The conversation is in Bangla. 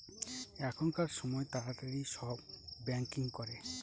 এখনকার সময় তাড়াতাড়ি সব ব্যাঙ্কিং করে